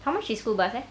how much is school bus eh